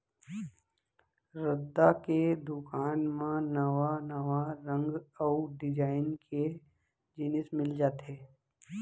रद्दा के दुकान म नवा नवा रंग अउ डिजाइन के जिनिस मिल जाथे